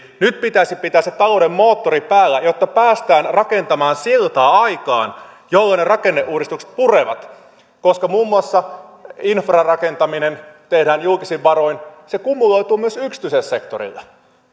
nyt pitäisi pitää se talouden moottori päällä jotta päästään rakentamaan siltaa aikaan jolloin ne rakenneuudistukset purevat koska muun muassa infrarakentaminen tehdään julkisin varoin se kumuloituu myös yksityiselle sektorille